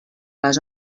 les